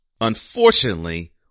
Unfortunately